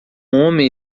homem